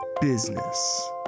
business